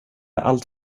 allt